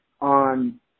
on